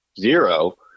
zero